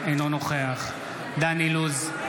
אינו נוכח דן אילוז,